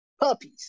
puppies